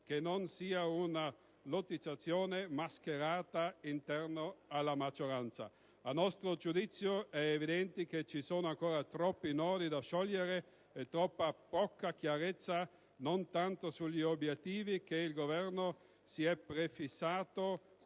che non sia una lottizzazione mascherata interna alla maggioranza. A nostro giudizio, è evidente che ci sono ancora troppi nodi da sciogliere e troppa poca chiarezza, non tanto sugli obiettivi che il Governo si è prefissato,